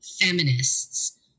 feminists